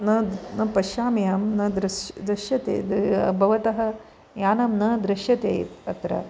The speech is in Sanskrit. न न पश्यामि अहं न दृश् दृश्यते भवतः यानं न दृश्यते अत्र